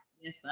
Yes